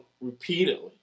repeatedly